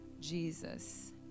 Jesus